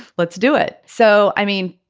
let's do it. so i mean,